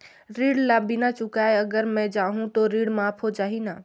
ऋण ला बिना चुकाय अगर मै जाहूं तो ऋण माफ हो जाही न?